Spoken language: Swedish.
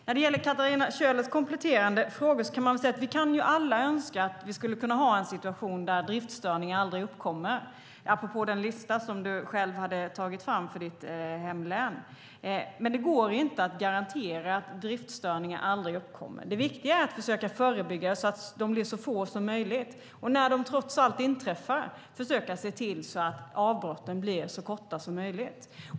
När det gäller Katarina Köhlers kompletterande frågor kan man säga att vi alla kan önska att driftstörningar aldrig skulle uppkomma, apropå den lista hon själv hade tagit fram för sitt hemlän. Men det går inte att garantera att driftstörningar aldrig uppkommer. Det viktiga är att försöka förebygga och se till att de blir så få som möjligt och när de trots allt inträffar försöka se till att avbrotten blir så korta som möjligt.